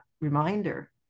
reminder